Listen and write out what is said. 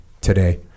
today